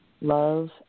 love